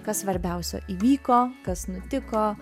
kas svarbiausio įvyko kas nutiko